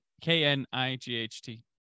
k-n-i-g-h-t